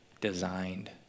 designed